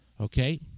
Okay